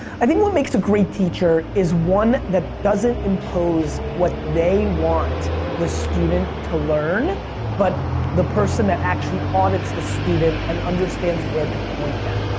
i think what makes a great teacher is one that doesn't impose what they want the student to learn but the person that actually audits the student and understands where to point them.